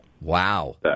Wow